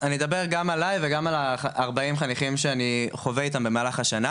אני אדבר גם עלי וגם על 40 החניכים שאני חווה איתם במהלך השנה,